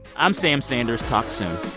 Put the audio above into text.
i'm sam sanders. talk soon